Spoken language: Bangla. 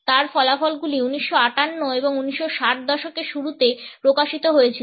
তার ফলাফলগুলি 1958 এবং 1960 এর দশকের শুরুতে প্রকাশিত হয়েছিল